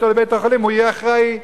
אותו לבית-החולים הוא יהיה אחראי.